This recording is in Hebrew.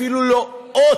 אפילו לא אות,